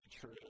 true